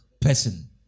person